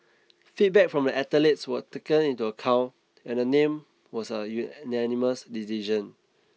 feedback from the athletes were taken into account and the name was an unanimous decision